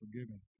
forgiven